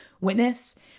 witness